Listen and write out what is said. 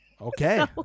Okay